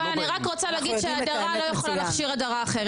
יובל אני רק רוצה להגיד שהדרה לא יכולה להכשיר הדרה אחרת.